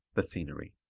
the scenery.